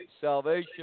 salvation